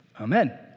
Amen